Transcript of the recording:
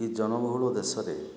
ଏ ଜନ ବହୁଳ ଦେଶରେ